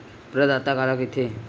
प्रदाता काला कइथे?